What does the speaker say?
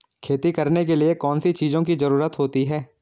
खेती करने के लिए कौनसी चीज़ों की ज़रूरत होती हैं?